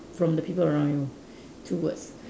from the people around you two words